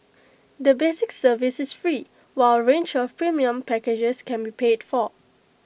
the basic service is free while A range of premium packages can be paid for